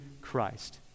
Christ